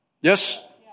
Yes